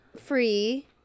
free